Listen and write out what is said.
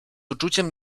uczuciem